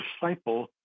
disciple